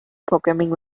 programming